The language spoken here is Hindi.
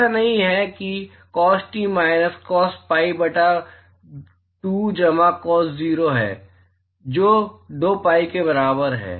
ऐसा नहीं है कि हार्ड माइनस cos pi बटा 2 जमा cos 0 है जो 2 pi के बराबर है